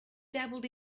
dabbled